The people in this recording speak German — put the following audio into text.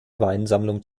weinsammlung